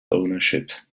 ownership